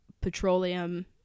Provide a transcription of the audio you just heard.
Petroleum